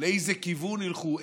לאיזה כיוון ילכו,